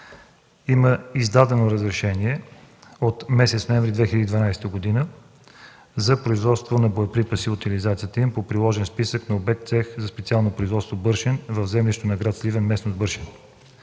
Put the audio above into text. има издадено разрешение от месец ноември 2012 г. за производство на боеприпаси и утализацията им по приложен списък на обект „Цех за специално производство – Бършен” в землището на гр. Сливен, местност „Бършен”.